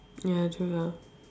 ya true lah